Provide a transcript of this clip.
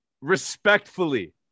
Respectfully